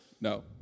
No